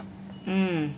mm